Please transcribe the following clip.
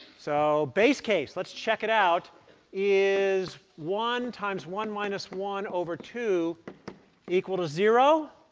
so base case let's check it out is one times one minus one over two equal to zero.